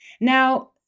Now